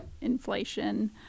inflation